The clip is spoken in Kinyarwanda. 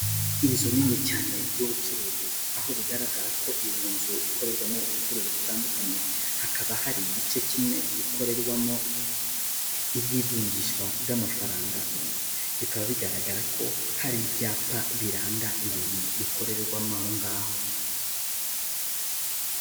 Inzu nini cyane y'ubucuruzi, aho bigaragara ko izo nzu ikorerwamo ubucuruzi butandukanye, hakaba hari igice kimwe gikorerwamo iby'ivunjishwa ry'amafaranga, bikaba bigaragara ko hari ibyapa biranga ibintu bikorerwamo aho ngaho.